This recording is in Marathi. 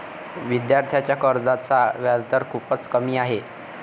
विद्यार्थ्यांच्या कर्जाचा व्याजदर खूपच कमी आहे